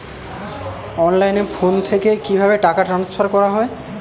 অনলাইনে ফোন থেকে কিভাবে টাকা ট্রান্সফার করা হয়?